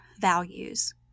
values